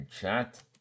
Chat